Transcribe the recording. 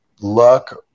luck